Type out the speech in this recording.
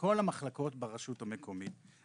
לכל המחלקות ברשות המקומית,